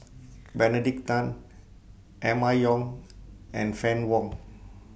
Benedict Tan Emma Yong and Fann Wong